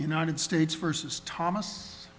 united states versus thomas